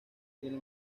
tiene